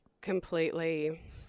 completely